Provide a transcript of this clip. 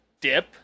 dip